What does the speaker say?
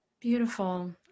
Beautiful